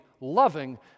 loving